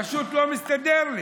פשוט לא מסתדר לי.